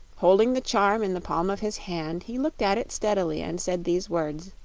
holding the charm in the palm of his hand he looked at it steadily and said these words